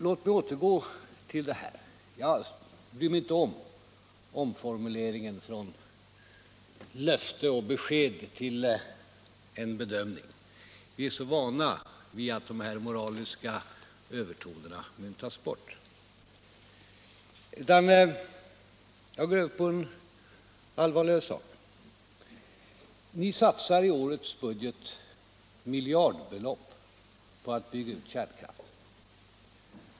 Jag bryr mig inte om omformuleringen från löfte och besked till bedömning. Vi är så vana vid att de moraliska övertonerna nu tas bort. Jag går i stället över till den allvarliga saken. Ni satsar i årets budget miljardbelopp på att bygga ut kärnkraften.